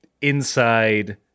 inside